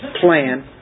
plan